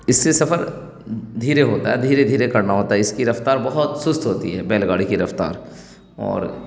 اس سے سفر دھیرے ہوتا ہے دھیرے دھیرے کرنا ہوتا ہے اس کی رفتار بہت سست ہوتی ہے بیل گاڑی کی رفتار اور